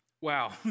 Wow